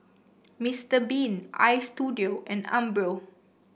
Mister Bean Istudio and Umbro